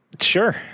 sure